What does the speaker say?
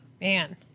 Man